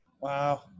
wow